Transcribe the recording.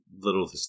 little